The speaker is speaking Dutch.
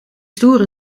stoer